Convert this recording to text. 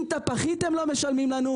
אם את הפחית הם לא משלמים לנו,